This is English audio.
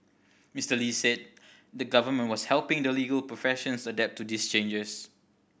Mister Lee said the Government was helping the legal professions adapt to these changes